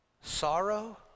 sorrow